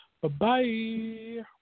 Bye-bye